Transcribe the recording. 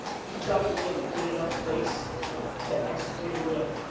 you've gotta be in a good enough place to execute a win.